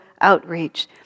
outreach